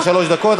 בסדר,